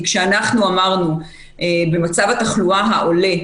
כי כשאנחנו אמרנו במצב התחלואה העולה,